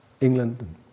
England